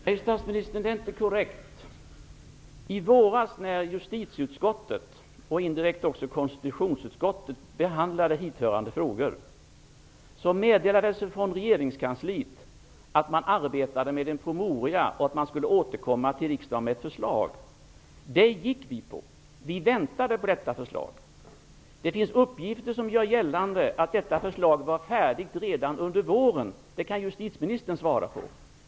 Fru talman! Det statsministern säger är inte korrekt. När justitieutskottet och indirekt också konstitutionsutskottet i våras behandlade hithörande frågor meddelades det från regeringskansliet att man arbetade med en promemoria och att man skulle återkomma till riksdagen med ett förslag. Det litade vi på. Vi väntade på detta förslag. Det finns uppgifter som gör gällande att detta förslag var färdigt redan under våren. Det kan justitieministern svara på.